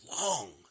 long